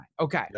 Okay